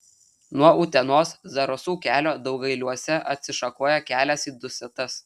nuo utenos zarasų kelio daugailiuose atsišakoja kelias į dusetas